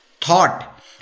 thought